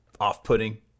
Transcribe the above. off-putting